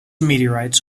meteorites